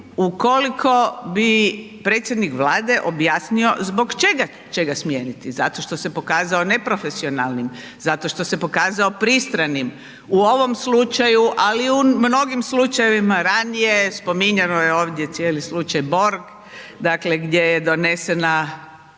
ukoliko bi predsjednik Vlade objasnio zbog čega će ga smijeniti, zato što se pokazao neprofesionalnim, zato što se pokazao pristranim u ovom slučaju, ali i u mnogim slučajevima ranije, spominjano je ovdje cijeli slučaj Borg, dakle gdje je donesena